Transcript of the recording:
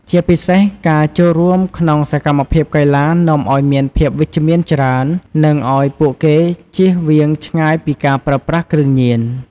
ជាពិសេសការចូលរួមក្នុងសកម្មភាពកីឡានាំអោយមានភាពវិជ្ជមានច្រើន និងឲ្យពួកគេជៀសវាងឆ្ងាយពីការប្រើប្រាស់គ្រឿងញៀន។